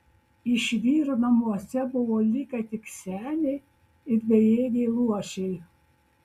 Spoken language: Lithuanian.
iš vyrų namuose buvo likę tik seniai ir bejėgiai luošiai